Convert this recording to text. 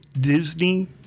Disney